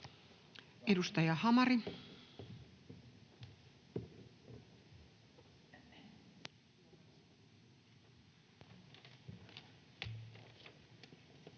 Edustaja Hamari.